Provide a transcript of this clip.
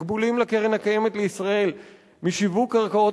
תקבולים לקרן קיימת לישראל משיווק קרקעות